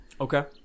Okay